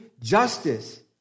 justice